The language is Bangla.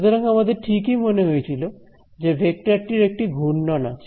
সুতরাং আমাদের ঠিকই মনে হয়েছিল যে ভেক্টর টির একটি ঘূর্ণন আছে